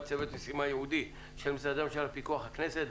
צוות משימה ייעודי של משרדי הממשלה בפיקוח הכנסת.